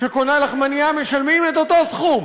שקונה לחמנייה משלמים את אותו סכום